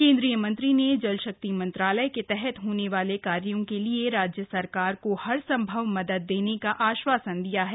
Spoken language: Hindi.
केंद्रीय मंत्री ने जल शक्ति मंत्रालय के तहत होने वाले कार्यों के लिए राज्य सरकार को हर संभव मदद देने का आश्वासन दिया है